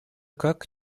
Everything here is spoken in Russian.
как